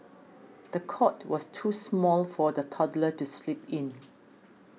the cot was too small for the toddler to sleep in